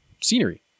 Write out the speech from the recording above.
scenery